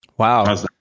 Wow